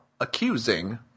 Accusing